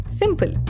simple